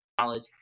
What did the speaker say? knowledge